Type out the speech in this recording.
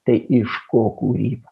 tai iš ko kūryba